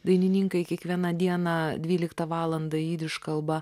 dainininkai kiekvieną dieną dvyliktą valandą jidiš kalba